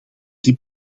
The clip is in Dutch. een